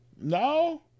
No